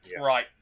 Right